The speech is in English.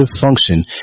function